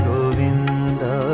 Govinda